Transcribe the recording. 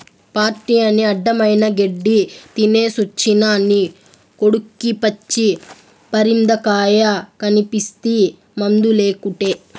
party అని అడ్డమైన గెడ్డీ తినేసొచ్చిన నీ కొడుక్కి పచ్చి పరిందకాయ తినిపిస్తీ మందులేకుటే